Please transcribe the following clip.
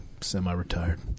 semi-retired